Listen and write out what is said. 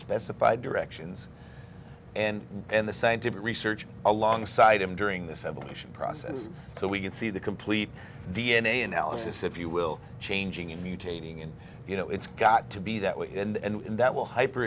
specified directions and in the scientific research alongside him during this evolution process so we can see the complete d n a analysis if you will changing in mutating and you know it's got to be that way and that will hyper